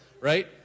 right